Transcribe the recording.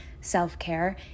self-care